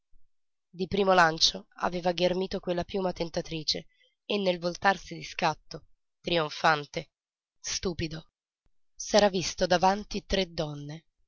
di primo lancio aveva ghermito quella piuma tentatrice e nel voltarsi di scatto trionfante stupido s'era visto davanti tre donne